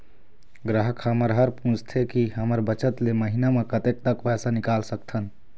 ग्राहक हमन हर पूछथें की हमर बचत ले महीना मा कतेक तक पैसा निकाल सकथन?